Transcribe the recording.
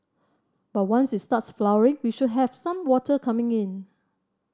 but once it starts flowering we should have some water coming in